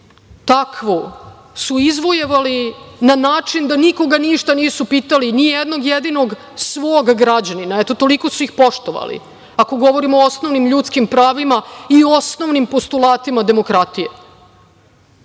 takvu su izvojevali na način da nikoga ništa nisu pitali, ni jednog jedinog svog građanina. Eto, toliko su ih poštovali, ako govorimo o osnovnim ljudskim pravima i osnovim postulatima demokratije.